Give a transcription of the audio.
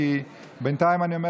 אבל בינתיים אני אומר